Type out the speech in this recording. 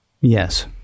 Yes